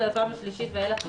ובפעם השלישית ואילך לא.